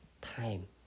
time